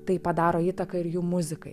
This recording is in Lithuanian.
tai padaro įtaką ir jų muzikai